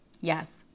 Yes